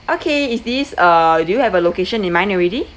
okay is this uh do you have a location in mind already